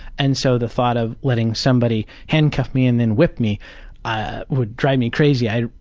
and so the thought of letting somebody handcuff me and and whip me ah would drive me crazy. i'd,